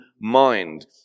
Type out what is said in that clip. mind